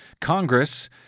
Congress